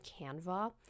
canva